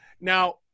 Now